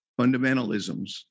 fundamentalisms